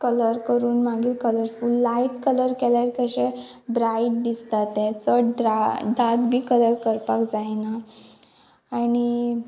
colour करून मागीर colourful light colour केल्यार कशें ब्रायट दिसता तें चड डार्क बी कलर करपाक जायना आनी